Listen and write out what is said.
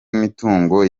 imitungo